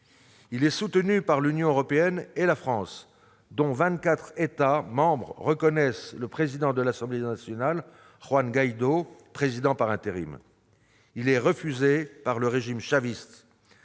la France et par l'Union européenne, dont vingt-quatre États membres reconnaissent le président de l'Assemblée nationale, Juan Guaidó, président par intérim, mais il est refusé par le régime chaviste.